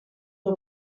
nur